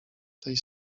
tej